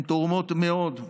והן תורמות רבות,